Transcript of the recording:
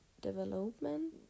Development